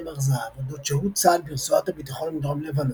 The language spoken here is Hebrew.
הר-זהב אודות שהות צה"ל ברצועת הביטחון בדרום לבנון,